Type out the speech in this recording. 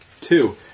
Two